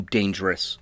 dangerous